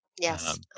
Yes